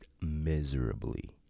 miserably